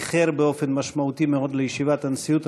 איחר באופן משמעותי מאוד לישיבת הנשיאות,